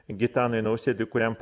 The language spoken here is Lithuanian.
gitanui nausėdai kuriam